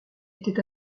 était